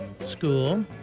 School